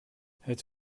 het